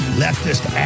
leftist